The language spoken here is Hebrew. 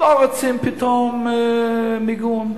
לא רוצים פתאום מיגון זמני,